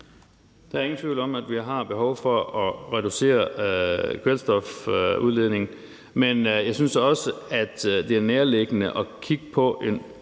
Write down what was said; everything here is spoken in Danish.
Der er ingen tvivl om, at vi har behov for at reducere kvælstofudledningen. Men jeg synes også, at det er nærliggende at kigge på en